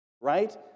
right